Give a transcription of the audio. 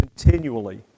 continually